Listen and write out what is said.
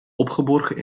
opgeborgen